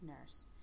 nurse